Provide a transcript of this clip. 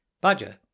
Badger